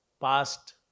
past